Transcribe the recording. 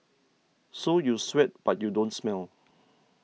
so you sweat but you don't smell